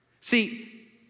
See